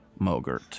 Mogert